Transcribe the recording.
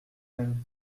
même